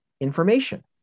information